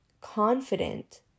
confident